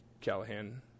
Callahan